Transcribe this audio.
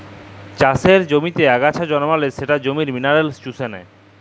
চাষের জমিতে আগাছা জল্মালে সেট জমির মিলারেলস চুষে লেই